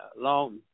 long